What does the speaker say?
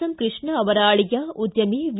M Krishna ಅವರ ಅಳಿಯ ಉದ್ಯಮಿ ವಿ